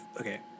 okay